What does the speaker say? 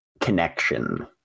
connection